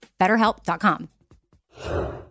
BetterHelp.com